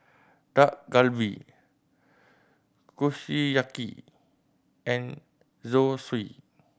Dak Galbi Kushiyaki and Zosui